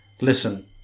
Listen